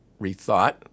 rethought